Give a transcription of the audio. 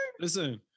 Listen